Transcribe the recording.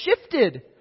shifted